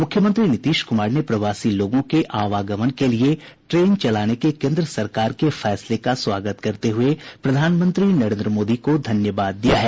मुख्यमंत्री नीतीश कुमार ने प्रवासी लोगों के आवागमन के लिए ट्रेन चलाने के केन्द्र सरकार के फैसले का स्वागत करते हुए प्रधानमंत्री नरेन्द्र मोदी को धन्यवाद दिया है